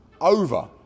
Over